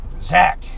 Zach